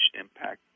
impact